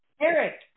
Eric